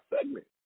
segment